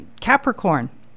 Capricorn